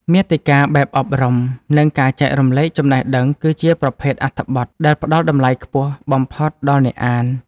មាតិកាបែបអប់រំ និងការចែករំលែកចំណេះដឹង គឺជាប្រភេទអត្ថបទដែលផ្តល់តម្លៃខ្ពស់បំផុតដល់អ្នកអាន។